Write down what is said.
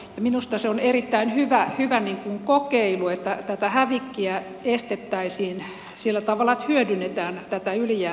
minusta se on erittäin hyvä kokeilu että tätä hävikkiä estettäisiin sillä tavalla että hyödynnetään tätä yli jäävää ruokaa